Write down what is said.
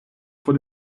vor